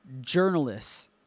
journalists